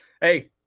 hey